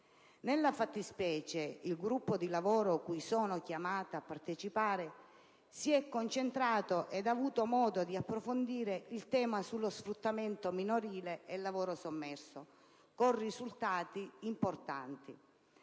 Nella fattispecie il gruppo di lavoro cui sono chiamata a partecipare si è concentrato ed ha avuto modo di approfondire il tema dello sfruttamento minorile e quello del lavoro sommerso con risultati importanti.